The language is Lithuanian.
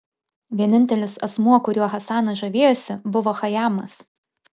vienintelis asmuo kuriuo hasanas žavėjosi buvo chajamas